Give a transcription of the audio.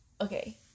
okay